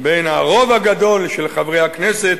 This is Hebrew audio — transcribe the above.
בין הרוב הגדול של חברי הכנסת,